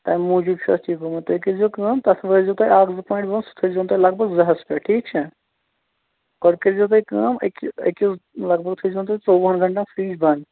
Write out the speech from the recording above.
تَمہِ موٗجوٗب چھُ اَتھ یہِ گوٚمُت تُہۍ کٔرۍزیٚو کٲم تَتھ وٲلۍزیٚو تُہۍ اَکھ زٕ پوایِنٛٹ بۅن سُہ تھٲوِزیٚو تُہۍ لگ بگ زٕ ہَس پٮ۪ٹھ ٹھیٖک چھا گۄڈٕ کٔرۍزیٚو تُہۍ کٲم أکِس أکِس لگ بگ تھٲوِزہون تُہۍ ژۅوُہَن گَنٹَن فِرٛج بنٛد